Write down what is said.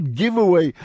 giveaway